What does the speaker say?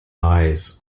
eyes